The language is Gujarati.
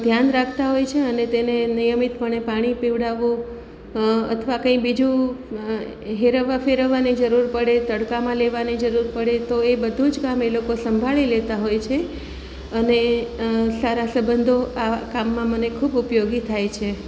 ધ્યાન રાખતા હોય છે અને તેને નિયમિતપણે પાણી પીવડાવવું અથવા કંઈ બીજુ હેરવવા ફેરવવાની જરૂર પડે તડકામાં લેવાની જરૂર પડે તો એ બધું જ કામ એ લોકો સંભાળી લેતા હોય છે અને સારા સબંધો આવા કામમાં મને ખૂબ ઉપયોગી થાય છે